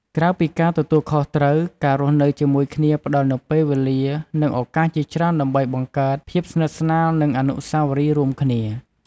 ក្រៅពីការទទួលខុសត្រូវ ការរស់នៅជាមួយគ្នាផ្ដល់នូវពេលវេលា និងឱកាសជាច្រើនដើម្បីបង្កើត ភាពស្និទ្ធស្នាល និង អនុស្សាវរីយ៍រួមគ្នា។